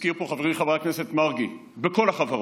והזכיר פה חברי חבר הכנסת מרגי שזה בכל החברות: